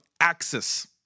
access